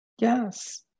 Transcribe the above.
Yes